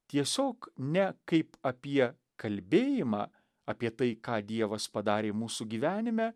tiesiog ne kaip apie kalbėjimą apie tai ką dievas padarė mūsų gyvenime